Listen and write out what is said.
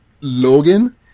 Logan